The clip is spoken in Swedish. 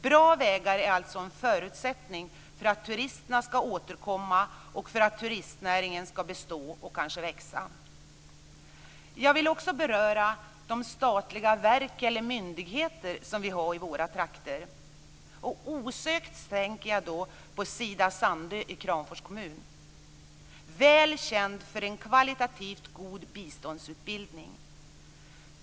Bra vägar är alltså en förutsättning för att turisterna ska återkomma och för att turistnäringen ska bestå och kanske växa. Jag vill också beröra de statliga verk och myndigheter som vi har i våra trakter. Jag tänker då osökt på Sida-Sandö i Kramfors kommun, väl känd för en kvalitativt god biståndsutbildning.